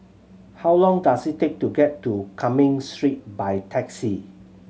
how long does it take to get to Cumming Street by taxi